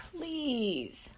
please